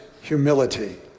humility